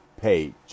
page